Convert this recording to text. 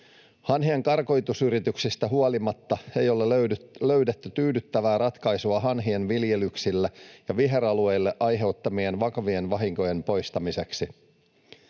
Hanhien karkotusyrityksistä huolimatta ei ole löydetty tyydyttävää ratkaisua hanhien viljelyksille ja viheralueille aiheuttamien vakavien vahinkojen poistamiseksi.